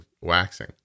waxing